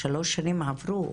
שלוש שנים עברו,